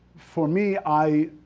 for me, i